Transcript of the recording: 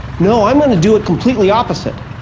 no, i'm going to do it completely opposite.